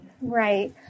Right